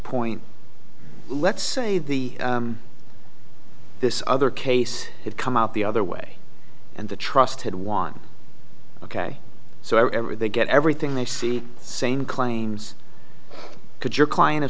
point let's say the this other case had come out the other way and the trust had won ok so ever they get everything they see same claims could your client of